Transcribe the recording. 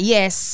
Yes